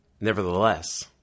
nevertheless